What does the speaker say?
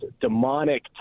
demonic